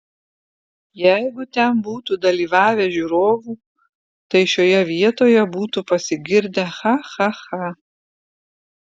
jeigu ten būtų dalyvavę žiūrovų tai šioje vietoje būtų pasigirdę cha cha cha